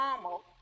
normal